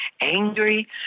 angry